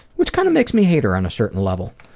which kind of makes me hate her on a certain level,